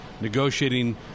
negotiating